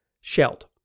Shelled